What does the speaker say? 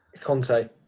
Conte